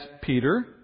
Peter